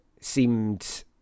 seemed